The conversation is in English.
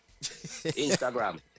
Instagram